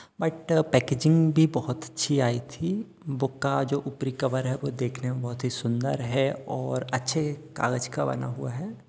but packaging भी बहुत अच्छी आई थी बुक का जो ऊपरी कवर है वो देखने में बहुत ही सुन्दर है और अच्छे कागज़ का बना हुआ है